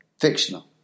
fictional